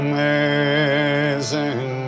Amazing